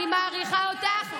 אני מעריכה אותך,